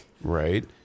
Right